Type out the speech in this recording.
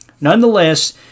nonetheless